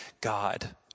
God